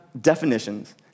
definitions